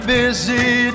busy